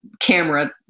camera